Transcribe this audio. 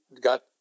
got